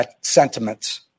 sentiments